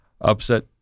upset